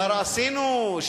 כבר עשינו,